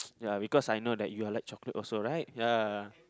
ya because I know you are like chocolate also right ya